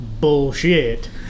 bullshit